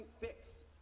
fix